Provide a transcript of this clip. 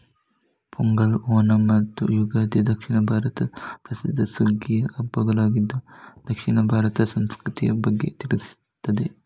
ಪೊಂಗಲ್, ಓಣಂ ಮತ್ತು ಯುಗಾದಿ ದಕ್ಷಿಣ ಭಾರತದ ಪ್ರಸಿದ್ಧ ಸುಗ್ಗಿಯ ಹಬ್ಬಗಳಾಗಿದ್ದು ದಕ್ಷಿಣ ಭಾರತದ ಸಂಸ್ಕೃತಿಯ ಬಗ್ಗೆ ತಿಳಿಸ್ತದೆ